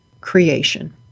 creation